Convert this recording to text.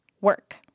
Work